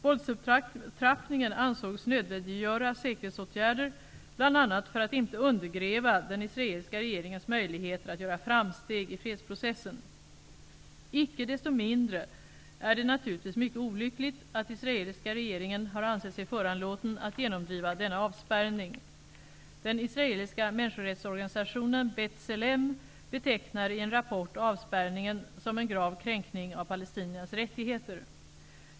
Våldsupptrappningen ansågs nödvändiggöra säkerhetsåtgärder, bl.a. för att inte undergräva den israeliska regeringens möjligheter att göra framsteg i fredsprocessen. Icke desto mindre är det naturligtvis mycket olyckligt att den israeliska regeringen har ansett sig föranlåten att genomdriva denna avspärrning. Den israeliska människorättsorganisationen B'tselem betecknar i en rapport avspärrningen som en grav kränkning av palestiniernas rättigheter.